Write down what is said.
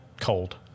cold